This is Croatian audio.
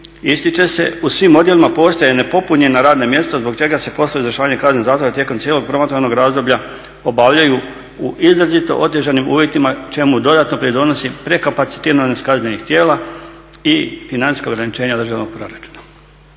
ističe se u svim odjelima postoje nepopunjena radna mjesta zbog čega se poslovi izvršavanja kazne zatvora tijekom cijelog promatranog razdoblja obavljaju u izrazito otežanim uvjetima čemu dodatno pridonosi prekapacitiranost kaznenih tijela i financijska ograničenja državnog proračuna,